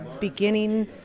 beginning